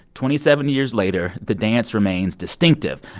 twenty seven years later, the dance remains distinctive,